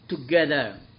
together